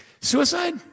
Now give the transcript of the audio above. Suicide